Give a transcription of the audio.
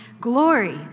Glory